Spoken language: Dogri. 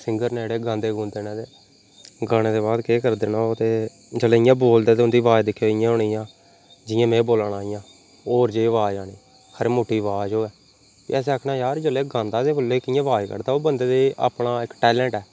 सिंगर न जेह्ड़े गांदे गुन्दे न ते गाने दे बाद केह् करदे न ओह् ते जेल्लै इयां बोलदे न उं'दी आवाज दिक्खेओ इयां होनी जियां जियां में बोला ना इयां होर जेही अवाज आनी खरै मुट्टी अवाज होऐ ते असें आखना यार जेल्लै गांदा ते ओल्लै एह् कियां अवाज कड्ढदा ओह़ बन्दे दी अपना इक टैलेंट ऐ